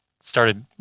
started